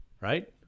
right